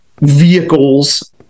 vehicles